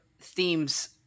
themes